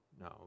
no